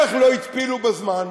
איך לא התפילו בזמן,